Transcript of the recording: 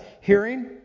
Hearing